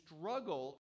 struggle